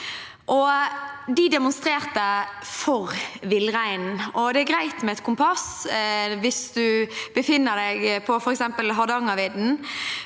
De demonstrerte for villreinen. Det er greit med et kompass hvis man befinner seg på f.eks. Hardangervidda,